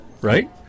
right